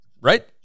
right